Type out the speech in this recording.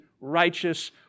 righteous